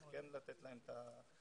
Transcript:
כן צריך לתת להם את הזמן.